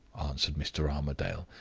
answered mr. armadale.